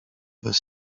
bez